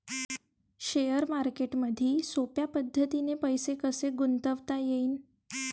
Share मार्केटमधी सोप्या पद्धतीने पैसे कसे गुंतवता येईन?